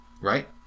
right